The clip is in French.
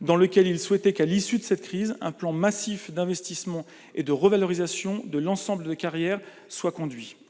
dans lequel il a exprimé son souhait qu'un plan massif d'investissement et de revalorisation de l'ensemble de carrières soit conduit à l'issue de la crise.